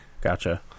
Gotcha